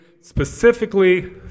specifically